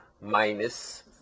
minus